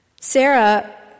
Sarah